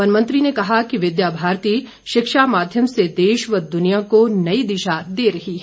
one मंत्री ने कहा कि विद्या भारती शिक्षा माध्यम से देश व दुनिया को नई दिशा दे रही है